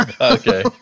okay